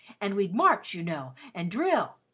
and we'd march, you know, and drill.